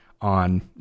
on